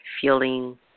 feeling